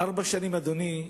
ארבע שנים, אדוני.